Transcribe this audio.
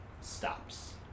stops